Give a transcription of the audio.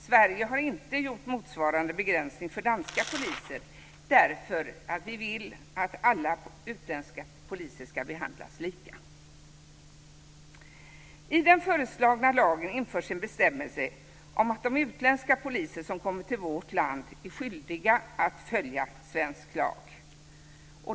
Sverige har inte infört motsvarande begränsning för danska poliser därför att vi vill att alla utländska poliser ska behandlas lika. I den föreslagna lagen införs en bestämmelse om att de utländska poliser som kommer till vårt land är skyldiga att följa svensk lag.